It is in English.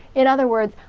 in other words,